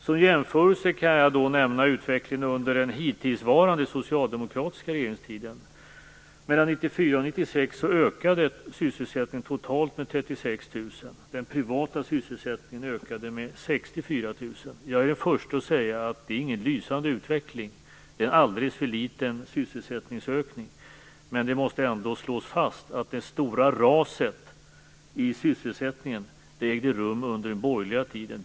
Som jämförelse kan jag nämna utvecklingen under den hittillsvarande socialdemokratiska regeringstiden. 64 000. Jag är den förste att säga att det inte är någon lysande utveckling. Det är en alldeles för liten sysselsättningsökning. Men det måste ändå slås fast att det stora raset i sysselsättningen ägde rum under den borgerliga tiden.